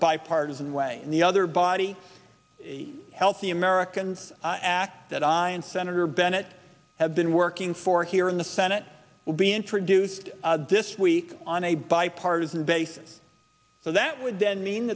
bipartisan way in the other body healthy americans act that i and senator bennett have been working for here in the senate will be introduced this week on a bipartisan basis for that would then mean